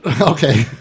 Okay